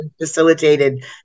facilitated